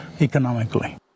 economically